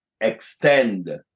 extend